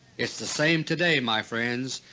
it's the same today, my friends.